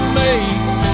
mates